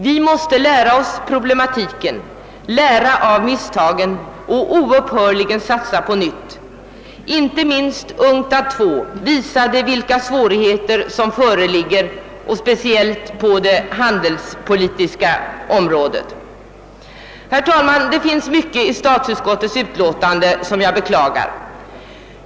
Vi måste lära oss problematiken, lära av misstagen och oupphörligen satsa på nytt. Inte minst UNCTAD II visade vilka svårigheter som föreligger, speciellt på det handelspolitiska området. Herr talman! Det finns mycket i statsutskottets utlåtande som jag beklagar.